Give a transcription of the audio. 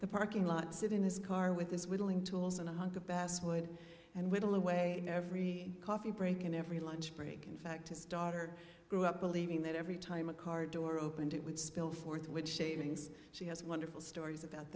the parking lot sit in his car with his willing to listen a hunk of basswood and whittle away every coffee break and every lunch break in fact his daughter grew up believing that every time a car door opened it would spill forth which shavings she has wonderful stories about